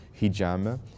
hijama